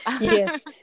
Yes